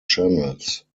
channels